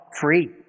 free